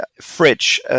Fridge